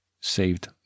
saved